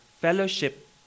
fellowship